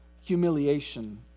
humiliation